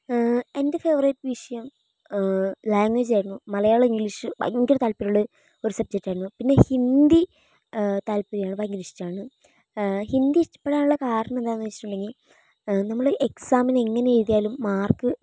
എന്റെ ഫേവറേറ്റ് വിഷയം ലാംഗ്വേജ് ആയിരുന്നു മലയാളം ഇംഗ്ലീഷ് ഭയങ്കര താത്പര്യുള്ള ഒരു സബ്ജക്ട് ആയിരുന്നു പിന്നെ ഹിന്ദി താത്പര്യം ആണ് ഭയങ്കര ഇഷ്ടമാണ് ഹിന്ദി ഇഷ്ടപ്പെടാനുള്ള കാരണം എന്താണെന്ന് വച്ചിട്ടുണ്ടെങ്കിൽ നമ്മൾ എക്സാമിന് എങ്ങനെ എഴുതിയാലും മാര്ക്ക്